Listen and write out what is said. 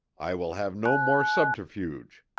i will have no more subterfuge.